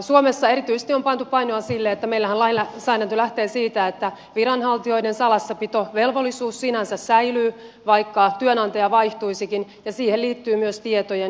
suomessa erityisesti on pantu painoa sille että meillähän lainsäädäntö lähtee siitä että viranhaltijoiden salassapitovelvollisuus sinänsä säilyy vaikka työnantaja vaihtuisikin ja siihen liittyy myös tietojen